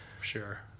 Sure